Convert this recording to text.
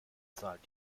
zahlt